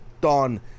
done